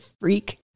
freak